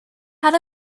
had